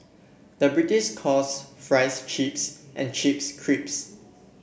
the British calls fries chips and chips cripes